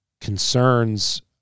concerns